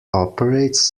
operates